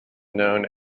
known